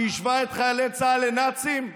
שהשווה את חיילי צה"ל לנאצים?